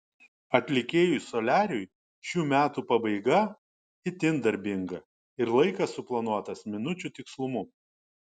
atlikėjui soliariui šių metų pabaiga itin darbinga ir laikas suplanuotas minučių tikslumu